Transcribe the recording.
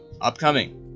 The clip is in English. upcoming